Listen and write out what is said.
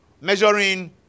measuring